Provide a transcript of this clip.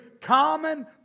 common